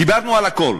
דיברנו על הכול,